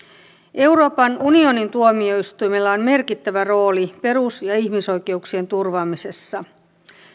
euroopan unionin tuomioistuimella on merkittävä rooli perus ja ihmisoikeuksien turvaamisessa